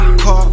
call